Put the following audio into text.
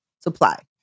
Supply